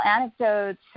anecdotes